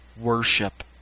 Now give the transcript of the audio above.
worship